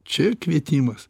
čia kvietimas